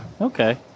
Okay